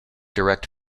direct